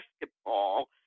basketball